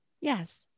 Yes